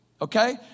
Okay